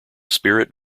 spirit